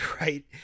right